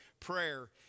prayer